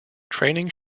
training